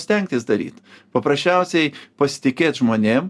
stengtis daryt paprasčiausiai pasitikėt žmonėm